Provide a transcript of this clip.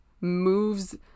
moves